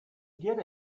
get